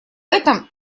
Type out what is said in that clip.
этом